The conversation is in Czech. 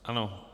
Ano.